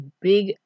big